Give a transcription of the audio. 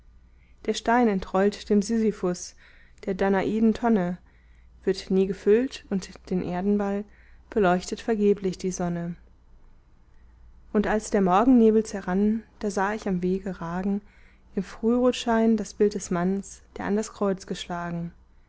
der stein entrollt dem sisyphus der danaiden tonne wird nie gefüllt und den erdenball beleuchtet vergeblich die sonne und als der morgennebel zerrann da sah ich am wege ragen im frührotschein das bild des manns der an das kreuz geschlagen